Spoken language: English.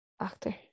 actor